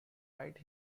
write